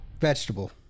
Vegetable